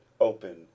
open